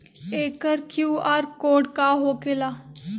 एकर QR code का होकेला?